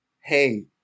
hey